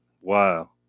wow